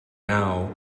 now